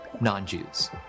non-Jews